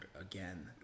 again